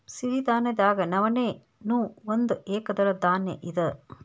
ಸಿರಿಧಾನ್ಯದಾಗ ನವಣೆ ನೂ ಒಂದ ಏಕದಳ ಧಾನ್ಯ ಇದ